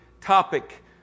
topic